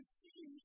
see